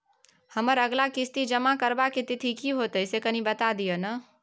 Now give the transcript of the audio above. हमर अगला किस्ती जमा करबा के तिथि की होतै से कनी बता दिय न?